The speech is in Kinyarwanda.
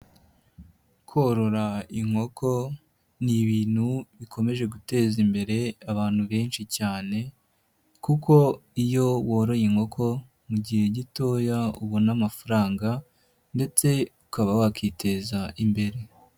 Korora inkoko ni ibintu bikomeje guteza imbere abantu benshi cyane kuko iyo woroye inkoko mu gihe gitoya ubona amafaranga ndetse ukaba wakiteza imbere.